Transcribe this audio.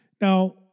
Now